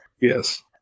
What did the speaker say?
yes